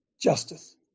justice